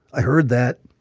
i heard that.